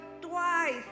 twice